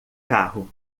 carro